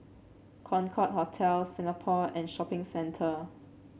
Concorde Hotel Singapore and Shopping Centre